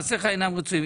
מעשיך אינם רצויים,